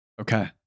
Okay